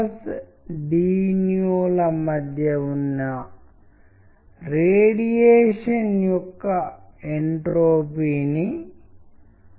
happy text అనేది jumping text ఐతే భయంతో కూడిన వచనం వణుకుతోంది అని చూడొచ్చు